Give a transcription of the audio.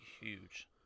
huge